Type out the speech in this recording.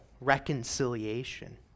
reconciliation